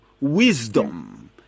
wisdom